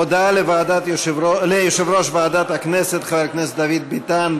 הודעה ליושב-ראש ועדת הכנסת חבר הכנסת דוד ביטן,